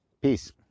peace